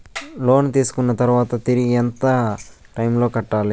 లోను తీసుకున్న తర్వాత తిరిగి ఎంత టైములో కట్టాలి